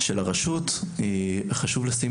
או פיקוח חיצוני של הרשות אך חשוב לשים